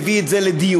מביא את זה לדיון,